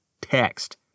text